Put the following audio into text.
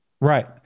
Right